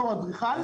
בתור אדריכל,